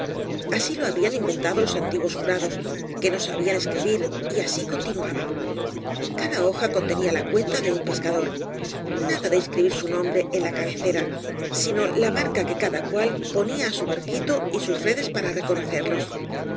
asi lo habían inven tado los antiguos jurados que no sabían escribir y así continuaba cada hoja contenía la cuenta de un pescador nada de inscribir su nombre en la cabecera sino la marca que cada cual ponía á su barquito y sus redes para reconocerlos